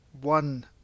one